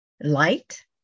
light